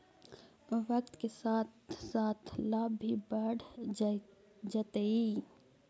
वक्त के साथ साथ लाभ भी बढ़ जतइ